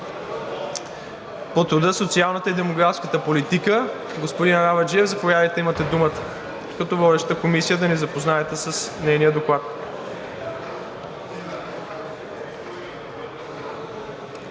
по труда, социалната и демографската политика? Господин Арабаджиев, имате думата като водеща комисия да ни запознаете с нейния доклад.